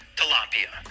tilapia